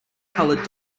colored